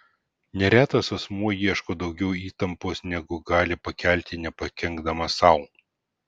neretas asmuo ieško daugiau įtampos negu gali pakelti nepakenkdamas sau